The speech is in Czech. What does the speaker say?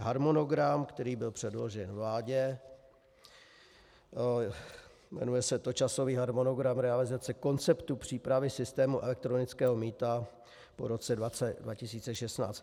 Harmonogram, který byl předložen vládě, jmenuje se to Časový harmonogram realizace konceptu přípravy systému elektronického mýta po roce 2016.